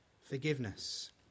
forgiveness